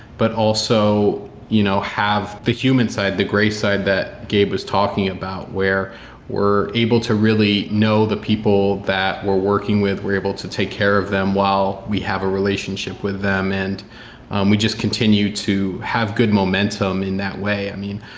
but also you know have the human side, the gray side that gabe was talking about, where we're able to really know the people that we're working with, we're able to take care of them while we have a relationship with them, and we just continue to have good momentum in that way i mean,